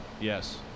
yes